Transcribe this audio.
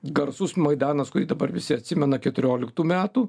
garsus maidanas kurį dabar visi atsimena keturioliktų metų